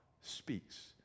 speaks